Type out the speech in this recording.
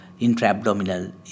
intraabdominal